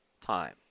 time